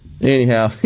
Anyhow